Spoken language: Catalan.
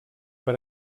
per